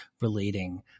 relating